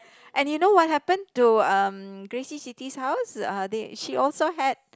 and you know what happen to um Gracie Siti's house um they she also had